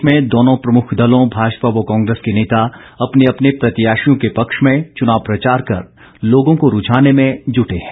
प्रदेश में दोनों प्रमुख दलों भाजपा व कांग्रेस के नेता अपने अपने प्रत्याशियों के पक्ष में चुनाव प्रचार कर लोगों को रूझाने में जुटे हैं